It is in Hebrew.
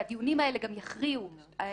והדיונים האלה גם יכריעו את